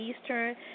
Eastern